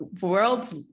world's